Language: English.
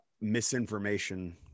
misinformation